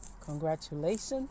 congratulations